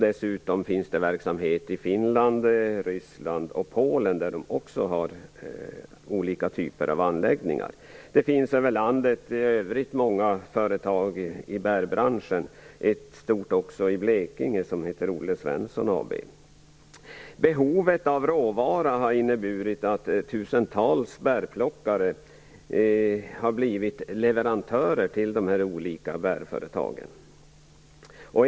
Dessutom finns det verksamhet i Finland, Ryssland och Polen, där man också har olika typer av anläggningar. Det finns över landet i övrigt många företag i bärbranschen. Det finns ett stort i Blekinge som heter Behovet av råvara har inneburit att tusentals bärplockare har blivit leverantörer till de olika bärföretagen.